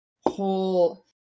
whole